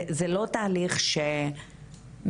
זה לא תהליך שמסתיים,